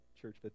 church